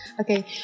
Okay